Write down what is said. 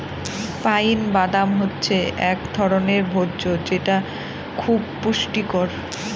pine বাদাম হচ্ছে এক ধরনের ভোজ্য যেটা খুব পুষ্টিকর